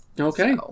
Okay